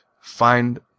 find